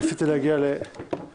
ניסיתי להגיע להסכמות